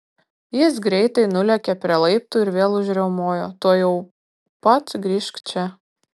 jis greitai nulėkė prie laiptų ir vėl užriaumojo tuojau pat grįžk čia